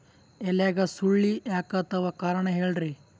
ಎಲ್ಯಾಗ ಸುಳಿ ಯಾಕಾತ್ತಾವ ಕಾರಣ ಹೇಳ್ರಿ?